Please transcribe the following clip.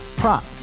prop